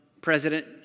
President